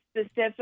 specific